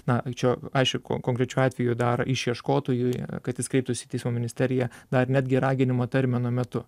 na čia aišku konkrečiu atveju daro išieškotojui kad jis kreiptųsi į teismo ministeriją dar netgi raginimo termino metu